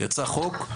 יצא חוק,